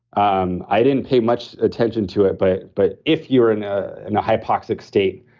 um i didn't pay much attention to it, but but if you're in ah in a hypoxic state,